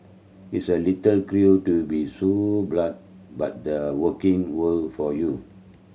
it's a little cruel to be so blunt but the working world for you